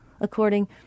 According